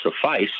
suffice